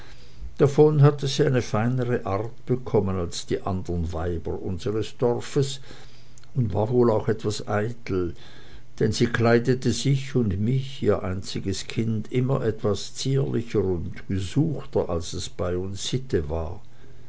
davon hatte sie eine feinere art bekommen als die anderen weiber unseres dorfes und war wohl auch etwas eitel denn sie kleidete sich und mich ihr einziges kind immer etwas zierlicher und gesuchter als es bei uns sitte war